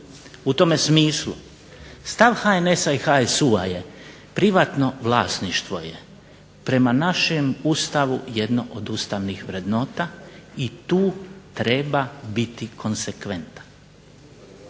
U tome smislu stav HNS-a i HSU-a je privatno vlasništvo je prema našem Ustavu jedno od ustavnih vrednota i tu treba biti konsekventan.